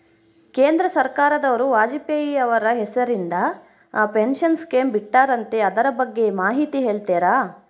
ಕೇಂದ್ರ ಸರ್ಕಾರದವರು ವಾಜಪೇಯಿ ಅವರ ಹೆಸರಿಂದ ಪೆನ್ಶನ್ ಸ್ಕೇಮ್ ಬಿಟ್ಟಾರಂತೆ ಅದರ ಬಗ್ಗೆ ಮಾಹಿತಿ ಹೇಳ್ತೇರಾ?